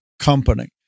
company